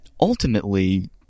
ultimately